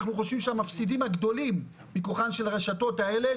אנחנו חושבים שהמפסידים הגדולים מכוחן של הרשתות האלה,